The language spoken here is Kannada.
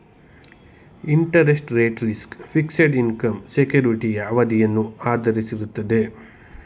interest rate risk, fixed income ಸೆಕ್ಯೂರಿಟಿಯ ಅವಧಿಯನ್ನು ಆಧರಿಸಿರುತ್ತದೆ